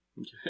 Okay